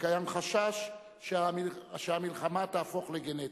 וקיים חשש שהמחלה תהפוך לגנטית.